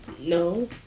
No